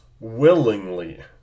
willingly